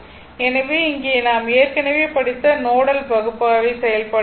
எனவே இங்கே நாம் ஏற்கனவே படித்த நோடல் பகுப்பாய்வை செயல்படுத்துவோம்